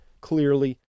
clearly